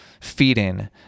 Feeding